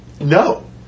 No